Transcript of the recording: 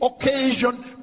occasion